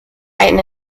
ein